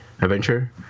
Adventure